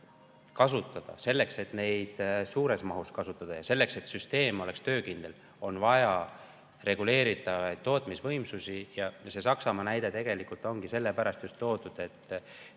kasutada, selleks, et neid suures mahus kasutada ja selleks, et süsteem oleks töökindel, on vaja reguleeritavaid tootmisvõimsusi. Saksamaa näide tegelikult ongi sellepärast toodud, et